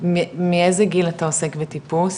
איזה גיל אתה עוסק בטיפוס?